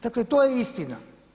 Dakle to je istina.